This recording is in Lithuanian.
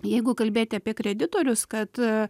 jeigu kalbėti apie kreditorius kad